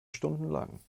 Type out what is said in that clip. stundenlang